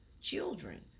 children